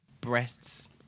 breasts